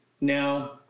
now